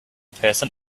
person